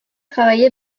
travaillé